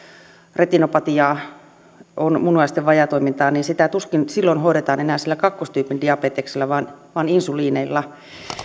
retinopatiaa on munuaisten vajaatoimintaa niin sitä tuskin silloin hoidetaan enää sillä kakkostyypin diabeteksella vaan vaan insuliineilla